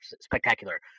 spectacular